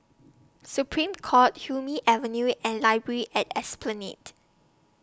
Supreme Court Hume Avenue and Library At Esplanade